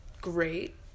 great